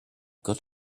got